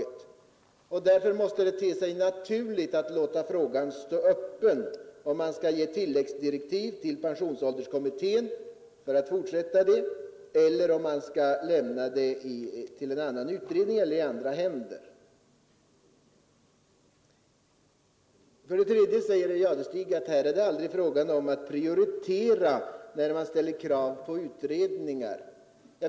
Det måste därför te sig naturligt att låta frågan stå öppen, om man skall ge tilläggsdirektiv till pensionsålderskommittén att fortsätta arbetet eller om man skall lämna uppdraget till en annan utredning eller i andra händer. För det tredje säger herr Jadestig att man måste prioritera när man ställer krav på utredningar.